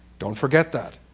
don't forget that.